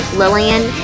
lillian